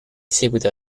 seguito